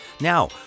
Now